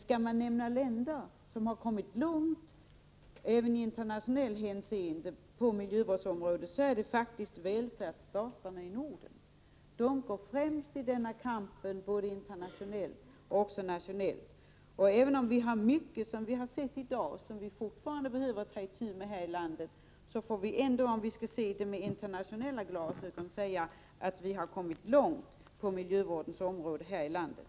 Skall man nämna några länder som kommit långt även i internationellt hänseende på miljövårdsområdet skall man helst nämna välfärdsstaterna i Norden. De går främst i denna kamp, både internationellt och nationellt. Och även om vi har mycket som vi fortfarande behöver ta itu med här i landet, får vi ändå, om vi skall se med internationella glasögon, säga att vi har kommit långt på miljövårdsområdet här i landet.